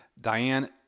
Diane